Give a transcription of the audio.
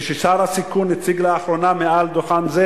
כששר השיכון הציג לאחרונה מעל דוכן זה,